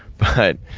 but,